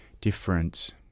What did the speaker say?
different